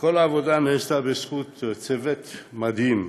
וכל העבודה נעשתה בזכות צוות מדהים,